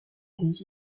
des